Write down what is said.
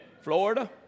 Florida